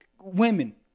Women